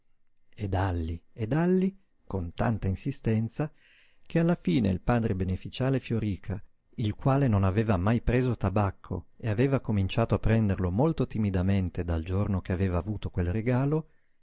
pizzichetto e dàlli e dàlli con tanta insistenza che alla fine il padre beneficiale fioríca il quale non aveva mai preso tabacco e aveva cominciato a prenderlo molto timidamente dal giorno che aveva avuto quel regalo